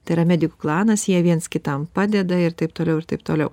tai yra medikų klanas jie viens kitam padeda ir taip toliau ir taip toliau